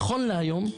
נכון להיום,